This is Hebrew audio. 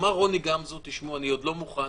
אמר רוני גמזו: אני עוד לא מוכן,